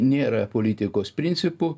nėra politikos principų